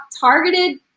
targeted